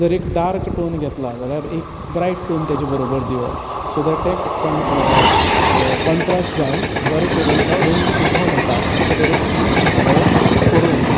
जर एक dark tone घेतला जाल्यार एक ब्रायट टोन तेजे बरोबर दिवप सो दॅट तें कॉन्ट्रास्ट जावन बरें तरेन तो रंग उठोन येता अशें तरेन आमी सगळें करूं येता